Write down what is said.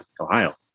Ohio